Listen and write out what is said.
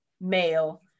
male